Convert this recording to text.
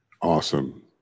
Awesome